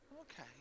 Okay